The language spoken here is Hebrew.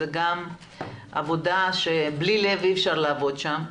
זאת עבודה שבלי לב אי-אפשר לעבוד שם,